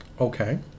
Okay